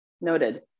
Noted